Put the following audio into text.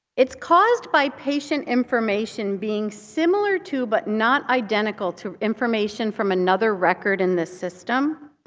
it's caused by patient information being similar to, but not identical to information from another record in the system.